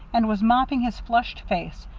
and was mopping his flushed face,